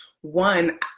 one